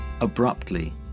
abruptly